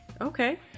Okay